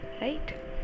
right